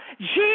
Jesus